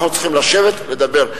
אנחנו צריכים לשבת לדבר.